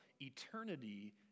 eternity